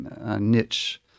niche